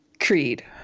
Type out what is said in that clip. Creed